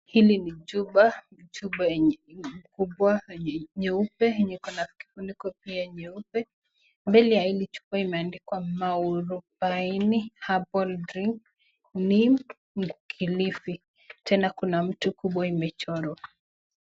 Hili ni chupa, chupa yenye kubwa nyeupe yenye iko na kifuniko pia nyeupe. Mbele ya hili chupa imeandikwa Muarubaini herbal drink Neem na Kilifi. Tena kuna mtu kubwa imechorwa.